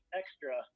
extra